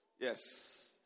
Yes